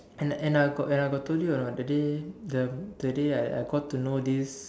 and I and I got and I got told you or not that day the that day I I got to know this